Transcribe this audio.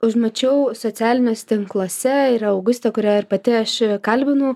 užmačiau socialiniuose tinkluose yra augustė kurią pati aš kalbinau